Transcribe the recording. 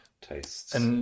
tastes